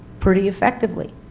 pretty effectively.